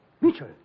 Mitchell